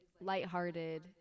lighthearted